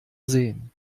sehen